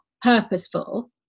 purposeful